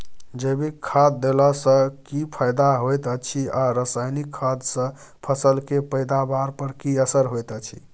जैविक खाद देला सॅ की फायदा होयत अछि आ रसायनिक खाद सॅ फसल के पैदावार पर की असर होयत अछि?